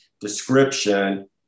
description